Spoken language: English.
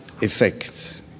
effect